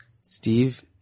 Steve